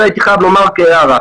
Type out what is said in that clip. את זה הייתי חייב לומר כהערה.